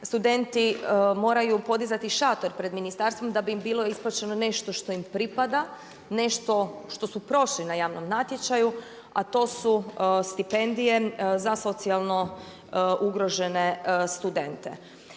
studenti moraju podizati šator pred ministarstvom da bi im bilo isplaćeno nešto što im pripada, nešto što su prošli na javnom natječaju a to su stipendije za socijalno ugrožene studente.